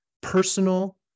personal